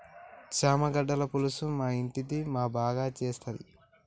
చామగడ్డల పులుసు మా ఇంటిది మా బాగా సేత్తది